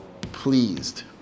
Pleased